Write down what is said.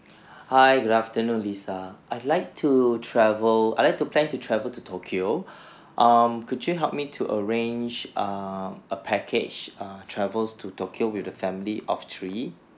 hi good afternoon lisa I'd like to travel I like to plan to travel to tokyo um could you help me to arrange err a package err travels to tokyo with the family of three